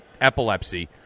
epilepsy